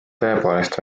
tõepoolest